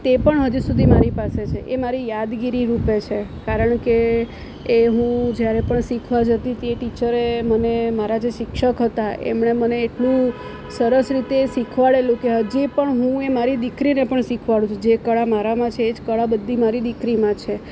તે પણ હજી સુધી મારી પાસે છે એ મારી યાદગીરીરૂપે છે કારણ કે એ હું જ્યારે પણ શીખવા જતી હતી એ ટીચરે મને મારા જે શિક્ષક હતા એમણે મને એટલું સરસ રીતે શીખવાડેલું કે હજી પણ હું એ મારી દીકરીને પણ શીખડાવું છું જે કળા મારામાં એ કળા બધી મારી દીકરીમાં છે